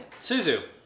Suzu